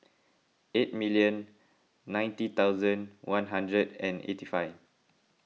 eight million ninety thousand one hundred and eighty five